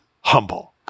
humble